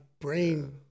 brain